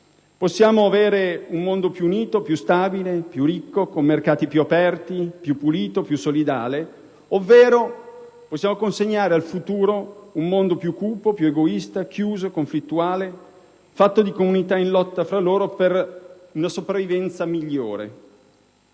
possiamo aver un mondo più unito, più stabile, più ricco, con mercati più aperti, più pulito e più solidale, ovvero possiamo consegnare al futuro un mondo più cupo, più egoista, chiuso, conflittuale, fatto di comunità il lotta tra loro per una sopravvivenza migliore.